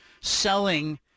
selling